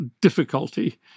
difficulty